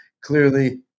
clearly